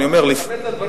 אני אומר, הוא ציטט אותי.